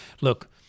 Look